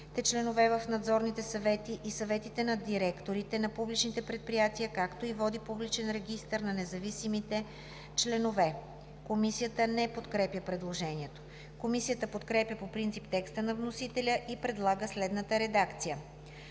членове в надзорните съвети и съветите на директорите на публичните предприятия, както и води публичен регистър на независимите членове.“ Комисията не подкрепя предложението. Комисията подкрепя по принцип текста на вносителя и предлага следната редакция